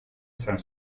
izan